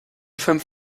fünf